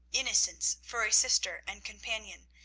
innocence for a sister and companion,